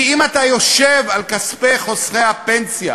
כי אם אתה יושב על כספי חוסכי הפנסיה,